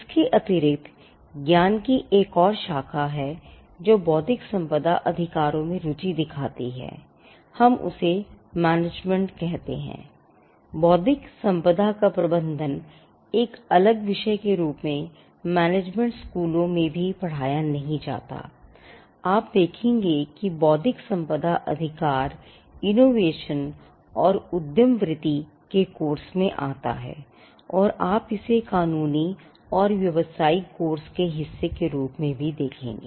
इसके अतिरिक्त ज्ञान की एक और शाखा है जो बौद्धिक संपदा अधिकारों में रुचि दिखाती है उसे मैनेजमेंट के हिस्से के रूप में भी देखेंगे